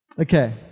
Okay